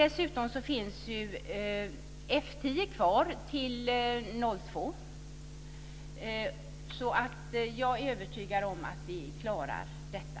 Dessutom finns F 10 kvar till år 2002. Jag är övertygad om att vi klarar detta.